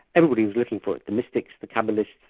everybody was looking for it, the mystics, the cabbalists,